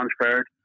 transferred